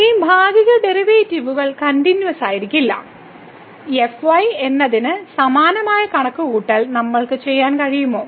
ഈ ഭാഗിക ഡെറിവേറ്റീവുകൾ കണ്ടിന്യൂവസ്സായിരി ക്കില്ല സമയം കാണുക 3118 fy എന്നതിന് സമാനമായ കണക്കുകൂട്ടൽ നമ്മൾക്ക് ചെയ്യാൻ കഴിയുമോ